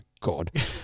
God